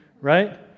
right